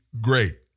great